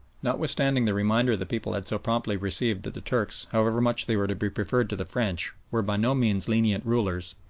notwithstanding the reminder the people had so promptly received that the turks, however much they were to be preferred to the french, were by no means lenient rulers,